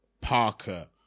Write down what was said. Parker